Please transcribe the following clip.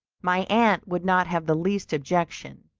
my aunt would not have the least objection,